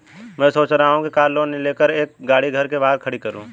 मैं सोच रहा हूँ कि कार लोन लेकर एक गाड़ी घर के बाहर खड़ी करूँ